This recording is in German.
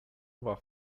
war